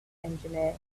engineer